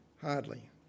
Hardly